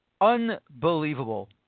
Unbelievable